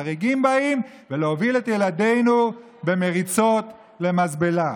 החריגים באים ולהוביל את ילדינו במריצות למזבלה.